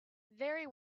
very